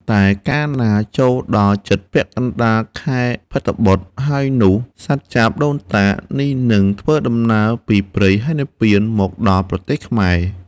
តែកាលណាចូលដល់ជិតពាក់កណ្ដាលខែភទ្របទហើយនោះ សត្វចាបដូនតានេះនឹងធ្វើដំណើរពីព្រៃហេមពាន្តមកដល់ប្រទេសខ្មែរ។